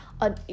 on